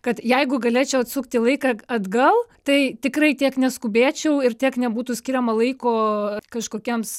kad jeigu galėčiau atsukti laiką atgal tai tikrai tiek neskubėčiau ir tiek nebūtų skiriama laiko kažkokiems